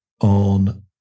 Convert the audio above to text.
on